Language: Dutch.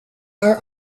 haar